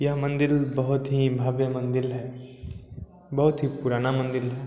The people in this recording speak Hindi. यह मंदिल बहुत ही भव्य मंदिर है बहुत ही पुराना मंदिर है